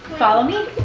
follow me.